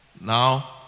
Now